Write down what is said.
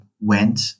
went